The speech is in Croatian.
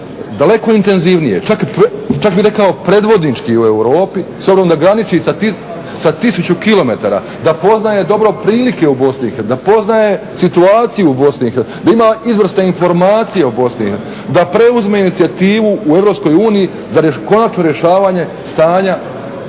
daleko intenzivnije, čak bih rekao predvodnički u Europi s obzirom da graniči sa tisuću kilometara, da poznaje dobro prilike u Bosni i Hercegovini, da poznaje situaciju u Bosni i Hercegovini, da ima izvrsne informacije o Bosni, da preuzme inicijativu u Europskoj uniji za konačno rješavanje stanja